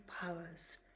powers